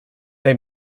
they